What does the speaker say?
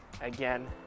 again